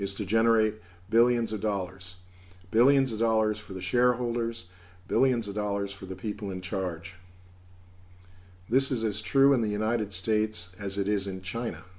to generate billions of dollars billions of dollars for the shareholders billions of dollars for the people in charge this is as true in the united states as it is in china